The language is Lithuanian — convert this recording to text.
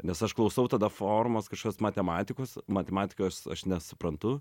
nes aš klausau tada formos kažkokios matematikos matematikos aš nesuprantu